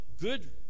good